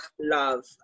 love